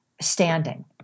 standing